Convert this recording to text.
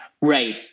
Right